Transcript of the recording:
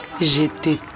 J'étais